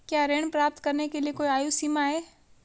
क्या ऋण प्राप्त करने के लिए कोई आयु सीमा है?